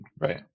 right